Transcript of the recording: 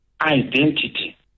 Identity